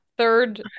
Third